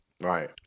right